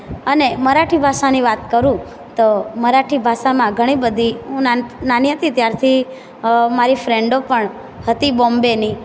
અને મરાઠી ભાષાની વાત કરું તો મરાઠી ભાષામાં ઘણી બધી હું નાની હતી ત્યારથી મારી ફ્રેન્ડો પણ હતી બોમ્બેની